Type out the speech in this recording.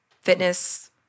fitness